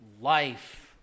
life